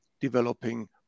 developing